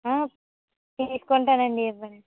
తీసుకుంటానండి ఇవ్వండి